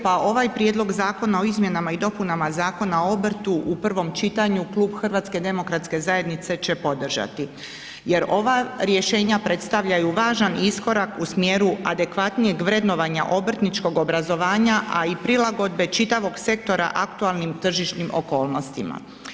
Pa ovaj Prijedlog zakona o izmjenama i dopunama Zakona o obrtu u prvom čitanju klub HDZ-a će podržati jer ova rješenja predstavljaju važan iskorak u smjeru adekvatnijeg vrednovanja obrtničkog obrazovanja, a i prilagodbe čitavog sektora aktualnim tržišnim okolnostima.